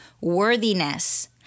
worthiness